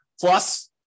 Plus